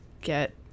get